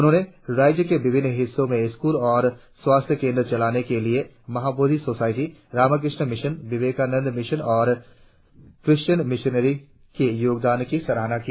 उन्होंने राज्य के विभिन्न हिस्सों में स्कूल और स्वास्थ्य केंद्र चलाने के लिए Mahabodhi Society Ramakrishna Mission Vivekananda Mission और क्रिसचेयन मिशनरियों के योगदान की सराहना की